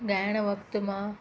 ॻाइण वक़्ति मां